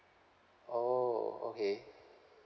oh okay